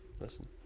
Listen